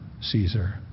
Caesar